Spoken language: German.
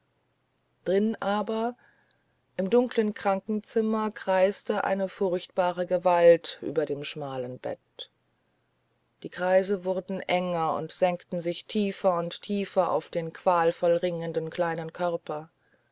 drin aber im dunklen krankenzimmer kreiste eine furchtbare gewalt über dem schmalen bett die kreise wurden enger und senkten sich tiefer und tiefer auf den qualvoll ringenden kleinen körper